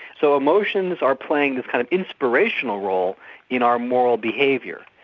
so emotions are playing this kind of inspirational role in our moral behaviour.